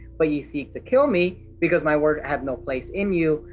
but ye seek to kill me, because my word hath no place in you.